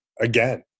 Again